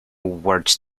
words